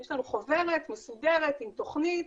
יש לנו חוברת מסודרת עם תוכנית.